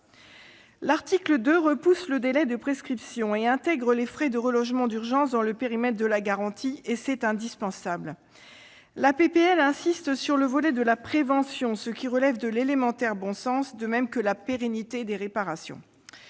L'article 2 allonge le délai de prescription et intègre les frais de relogement d'urgence dans le périmètre de la garantie ; c'est indispensable. La proposition de loi insiste sur le volet de la prévention, ce qui relève de l'élémentaire bon sens, de même que la pérennité des réparations.